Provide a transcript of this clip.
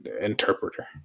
interpreter